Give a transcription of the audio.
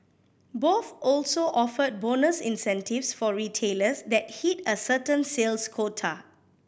both also offered bonus incentives for retailers that hit a certain sales quota